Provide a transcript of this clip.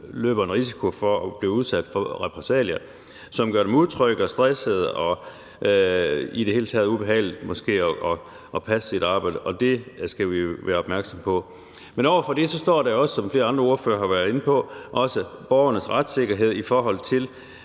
løber en risiko for at blive udsat for repressalier, som gør dem utrygge og stresset, og i det hele taget gør, at det måske bliver ubehageligt for dem at passe deres arbejde. Det skal vi være opmærksomme på. Men over for det står der også, som flere andre ordførere har været inde på, borgernes retssikkerhed, i forhold til